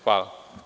Hvala.